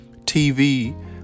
TV